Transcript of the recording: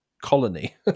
Colony